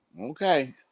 Okay